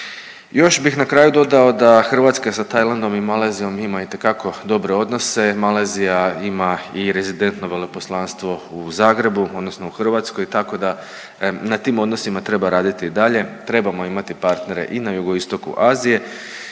Još bih na kraju dodao da Hrvatska sa Tajlandom i Malezijom ima itekako dobre odnose. Malezija ima i rezidentno veleposlanstvo u Zagrebu odnosno u Hrvatskoj, tako da na tim odnosima treba raditi i dalje. Trebamo imati partnere i na jugoistoku Azije